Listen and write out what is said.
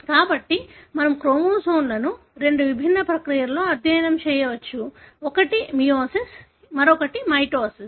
కాబట్టి మనము క్రోమోజోమ్లను రెండు విభిన్న ప్రక్రియలలో అధ్యయనం చేయవచ్చు ఒకటి మియోసిస్ మరొకటి మైటోసిస్